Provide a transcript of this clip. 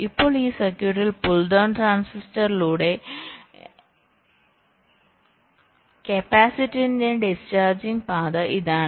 ഇപ്പോൾ ഈ സർക്യൂട്ടിൽ പുൾ ഡൌൺ ട്രാൻസിസ്റ്ററിലൂടെ കപ്പാസിറ്ററിന്റെ ഡിസ്ചാർജിംഗ് പാത ഇതാണ്